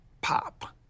pop